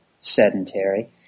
sedentary